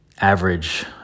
average